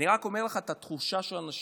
אני רק אומר לך את התחושה של האנשים.